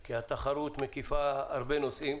כי התחרות מקיפה הרבה נושאים